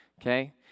Okay